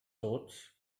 thoughts